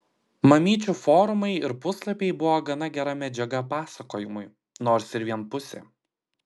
mamyčių forumai ir puslapiai buvo gana gera medžiaga pasakojimui nors ir vienpusė